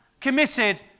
committed